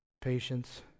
patience